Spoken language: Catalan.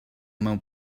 meu